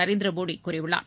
நரேந்திர மோடி கூறியுள்ளார்